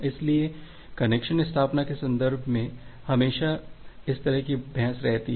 इसलिए कनेक्शन स्थापना के संदर्भ में हमेशा इस तरह की बहस रहती हैं